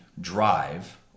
drive